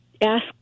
ask